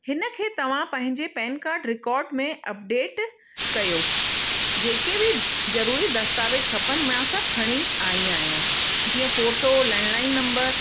इनखे तव्हां पहिंजे रिकार्ड में अपडेट कयो जेके बि जरूरी दस्तावेज खपनि मां सभु खणी आयी आहियां जीअं फ़ोटो लैंडलाइन नम्बर